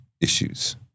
issues